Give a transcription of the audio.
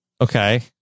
Okay